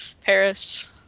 paris